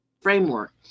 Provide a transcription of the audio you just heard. framework